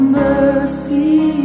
mercy